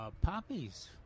poppies